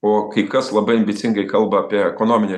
o kai kas labai ambicingai kalba apie ekonominį